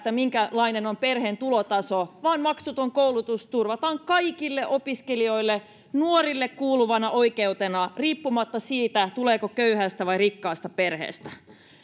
minkälainen on perheen tulotaso vaan maksuton koulutus turvataan kaikille opiskelijoille nuorille kuuluvana oikeutena riippumatta siitä tuleeko köyhästä vai rikkaasta perheestä